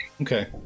okay